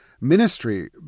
ministry